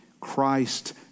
Christ